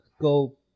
Go